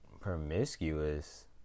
promiscuous